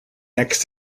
next